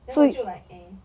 then 我就 like eh